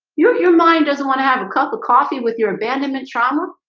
your your mind doesn't want to have a cup of coffee with your abandonment trauma